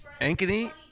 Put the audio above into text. Ankeny